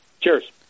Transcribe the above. Cheers